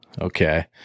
okay